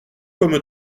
comme